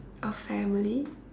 a family